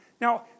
now